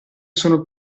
sono